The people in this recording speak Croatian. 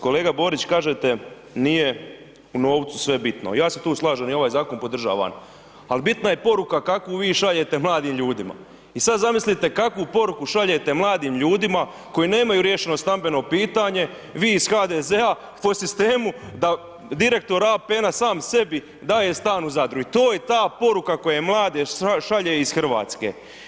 Kolega Borić, kažete nije u novcu sve bitno, ja se tu slažem i ovaj zakon podržavan, al bitna je poruka kakvu vi šaljete mladim ljudima i sad zamislite kakvu poruku šaljete mladim ljudima koji nemaju riješeno stambeno pitanje, vi iz HDZ-a po sistemu da direktor APN-a sam sebi daje stan u Zadru i to je ta poruka koja mlade šalje iz RH.